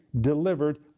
delivered